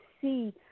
see